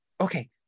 Okay